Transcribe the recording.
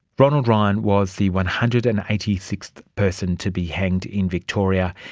ronald ryan was the one hundred and eighty sixth person to be hanged in victoria.